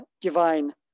divine